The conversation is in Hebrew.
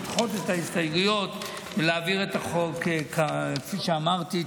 לדחות את ההסתייגויות ולהעביר את החוק כפי שאמרתי.